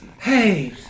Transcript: Hey